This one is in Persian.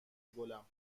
گلم